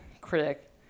critic